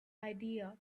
idea